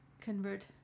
convert